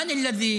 עכשיו אני רוצה